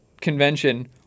convention